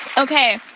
okay,